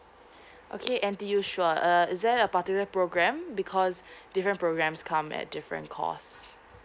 okay and did you sure uh is there a particular program because different programs come at different cost